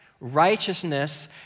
Righteousness